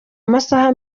amasaha